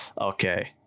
okay